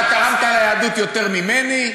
אתה תרמת ליהדות יותר ממני?